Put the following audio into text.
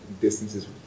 distances